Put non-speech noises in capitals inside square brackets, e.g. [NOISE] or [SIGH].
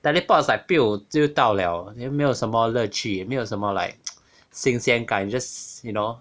teleport is like [NOISE] 就到了你又没有乐趣没有什么 like 新鲜感 just you know